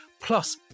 plus